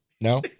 No